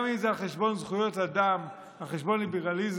גם אם זה על חשבון זכויות אדם, על חשבון ליברליזם,